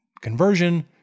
conversion